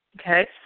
Okay